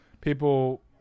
people